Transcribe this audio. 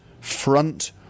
front